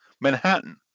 Manhattan